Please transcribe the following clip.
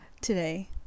today